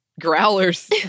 growlers